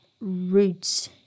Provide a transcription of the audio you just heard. roots